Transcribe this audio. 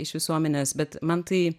iš visuomenės bet man tai